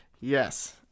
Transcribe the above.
Yes